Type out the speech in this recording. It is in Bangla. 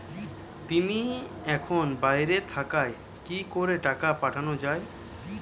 তিনি এখন বাইরে থাকায় কি করে টাকা পাঠানো য়ায়?